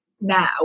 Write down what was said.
now